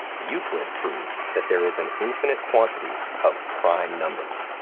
euclid proved that there is an infinite quantity of prime numbers.